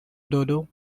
dodo